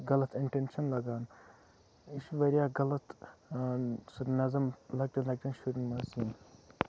غَلَط اِنٹنشَن لَگان یہِ چھُ واریاہ غَلَط سُہ سُہ نظم لَکٹٮ۪ن لَکٹٮ۪ن شُرنۍ مَنٛز یِن